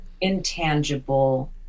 intangible